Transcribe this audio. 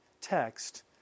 text